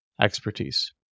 expertise